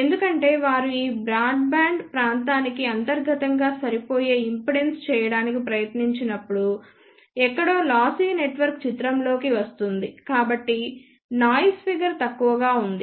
ఎందుకంటే వారు ఈ బ్రాడ్బ్యాండ్ ప్రాంతానికి అంతర్గతంగా సరిపోయే ఇంపిడెన్స్ చేయడానికి ప్రయత్నించినప్పుడు ఎక్కడో లాసీ నెట్వర్క్ చిత్రంలోకి వస్తుంది కాబట్టి నాయిస్ ఫిగర్ తక్కువగా ఉంది